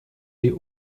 die